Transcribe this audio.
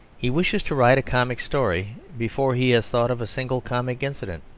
he wishes to write a comic story before he has thought of a single comic incident.